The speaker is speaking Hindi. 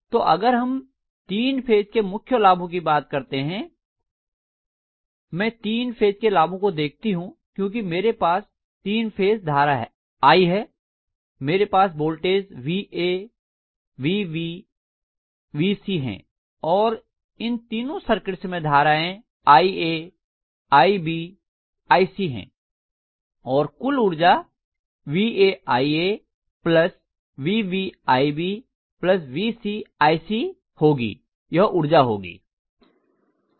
तो अगर हम तीन फेज के मुख्य लाभों की बात करते हैं मैं तीन फेज के लाभों को देखती हूँ क्यूंकि मेरे पास तीन फेज धारा I है मेरे पास वोल्टेज va vb vc हैं और इन तीनों सर्किट्स में धाराएं ia ib ic हैं और कुल ऊर्जा vaia vbib vcic होगी यह ऊर्जा होगी